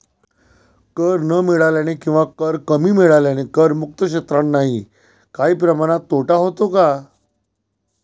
कर न मिळाल्याने किंवा कर कमी मिळाल्याने करमुक्त क्षेत्रांनाही काही प्रमाणात तोटा होतो का?